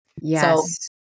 Yes